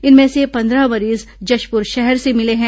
इनमें से पंद्रह मरीज जशपुर शहर से मिले हैं